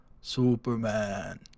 Superman